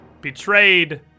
betrayed